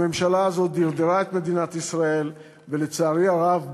הממשלה הזאת דרדרה את מדינת ישראל ולצערי הרב,